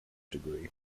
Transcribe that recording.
degree